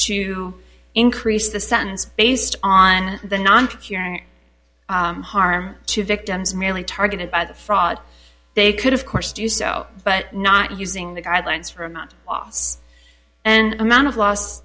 to increase the sentence based on the non harm to victims merely targeted by the fraud they could of course do so but not using the guidelines for not offs and amount of loss